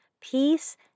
Peace